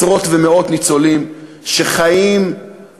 וצריך להבין שיש עדיין עשרות ומאות ניצולים שחיים ברעב,